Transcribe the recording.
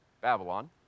Babylon